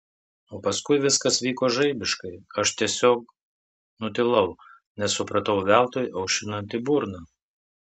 o paskui viskas vyko žaibiškai aš tiesiog nutilau nes supratau veltui aušinanti burną